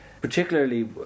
particularly